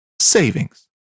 savings